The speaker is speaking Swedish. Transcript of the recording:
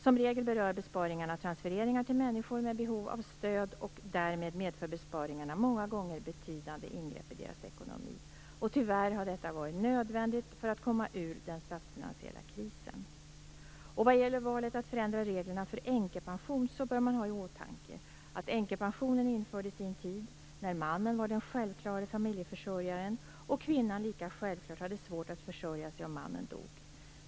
Som regel berör besparingarna transfereringar till människor med behov av stöd, och därmed medför besparingarna många gånger betydande ingrepp i deras ekonomi. Tyvärr har detta varit nödvändigt för att komma ur den statsfinansiella krisen. Vad gäller valet att förändra reglerna för änkepension bör man ha i åtanke att änkepensionen infördes i en tid när mannen var den självklare familjeförsörjaren och kvinnan lika självklart hade svårt att försörja sig om mannen dog.